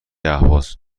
اهواز